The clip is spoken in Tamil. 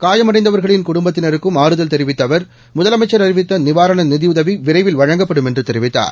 காயமடைந்தவர்களின் குடும்பத்தினருக்கும் ஆறுதல் தெரிவித்த அவர் முதலமைச்சர் அறிவித்த நிவாரண நிதியுதவி விரைவில் வழங்கப்படும் என்று தெரிவித்தார்